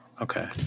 Okay